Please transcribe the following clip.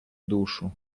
душу